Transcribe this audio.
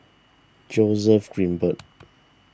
Joseph Grimberg